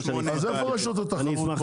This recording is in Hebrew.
אז איפה רשות התחרות פה?